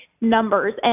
numbers